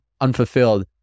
unfulfilled